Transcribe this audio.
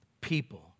people